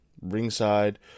Ringside